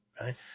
right